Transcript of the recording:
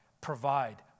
provide